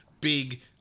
big